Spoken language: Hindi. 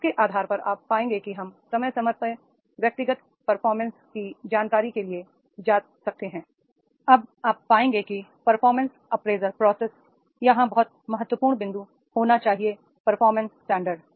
इसके आधार पर आप पाएंगे कि हम समय समय पर व्यक्तिगत परफॉर्मेंस की जानकारी के लिए जा सकते हैंi अब आप पाएंगे कि परफॉर्मेंस अप्रेजल प्रोसेस यहाँ बहुत महत्वपूर्ण बिंदु होना चाहिए परफॉर्मेंस स्टैंडर्ड